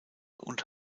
und